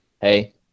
hey